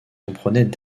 comprenaient